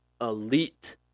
elite